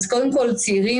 אז קודם כל צעירים,